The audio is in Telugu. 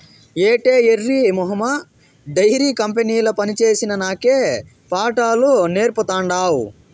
ఏటే ఎర్రి మొహమా డైరీ కంపెనీల పనిచేసిన నాకే పాఠాలు నేర్పతాండావ్